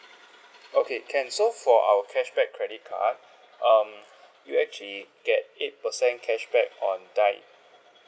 okay can so for our cashback credit card um you actually get eight percent cashback on dine